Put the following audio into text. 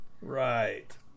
Right